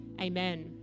Amen